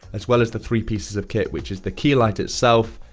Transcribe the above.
as well as, the three pieces of kit, which is the key light itself,